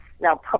Now